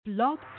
blog